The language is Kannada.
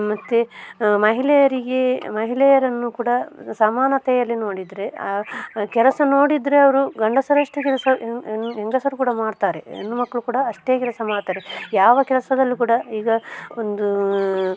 ಮತ್ತು ಮಹಿಳೆಯರಿಗೆ ಮಹಿಳೆಯರನ್ನು ಕೂಡ ಸಮಾನತೆಯಲ್ಲಿ ನೋಡಿದರೆ ಕೆಲಸ ನೋಡಿದರೆ ಅವರು ಗಂಡಸರಷ್ಟೇ ಕೆಲಸ ಹೆಂಗ್ ಹೆಂಗ್ ಹೆಂಗಸರು ಕೂಡ ಮಾಡ್ತಾರೆ ಹೆಣ್ಣು ಮಕ್ಕಳು ಕೂಡ ಅಷ್ಟೇ ಕೆಲಸ ಮಾಡ್ತಾರೆ ಯಾವ ಕೆಲಸದಲ್ಲೂ ಕೂಡ ಈಗ ಒಂದು